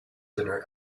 dinner